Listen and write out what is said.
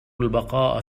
البقاء